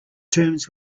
terms